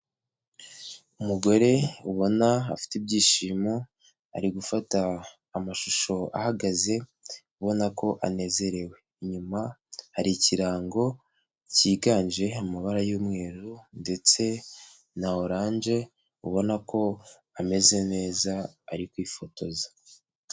Umugore ubona afite ibyishimo, ari gufata amashusho ahagaze ubona ko anezerewe, inyuma hari ikirango cyiganje mu mabara y'umweru ndetse na oranje ubona ko ameze neza ari kwifotoza.